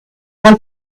how